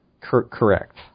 Correct